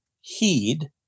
heed